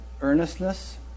earnestness